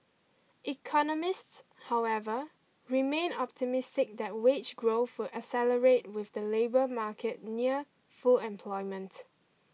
economists however remain optimistic that wage growth will accelerate with the labour market near full employment